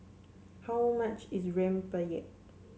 how much is Rempeyek